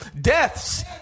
deaths